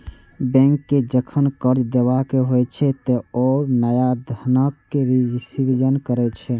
bank कें जखन कर्ज देबाक होइ छै, ते ओ नया धनक सृजन करै छै